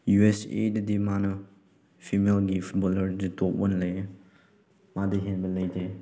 U S ꯑꯦꯗꯗꯤ ꯃꯥꯅ ꯐꯤꯃꯦꯜꯒꯤ ꯐꯨꯠꯕꯣꯜꯂꯔꯁꯦ ꯇꯣꯞ ꯑꯣꯏꯅ ꯂꯩꯌꯦ ꯃꯥꯗꯒꯤ ꯍꯦꯟꯕ ꯂꯩꯇꯦ